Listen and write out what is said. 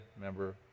member